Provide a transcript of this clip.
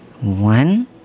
One